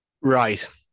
Right